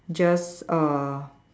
just uh